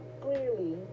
clearly